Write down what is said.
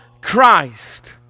Christ